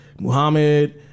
Muhammad